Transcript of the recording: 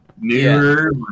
newer